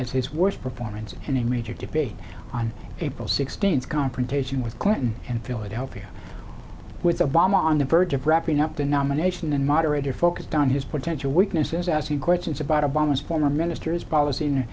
as his worst purpose and in a major debate on april sixteenth confrontation with clinton in philadelphia with obama on the verge of wrapping up the nomination and moderator focused on his potential weaknesses asking questions about obama's former ministers policy